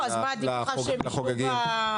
עדיף לך שיישנו בלולים?